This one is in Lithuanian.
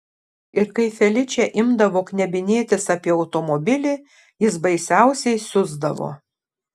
ir kai feličė imdavo knebinėtis apie automobilį jis baisiausiai siusdavo